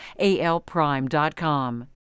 ALPrime.com